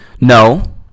No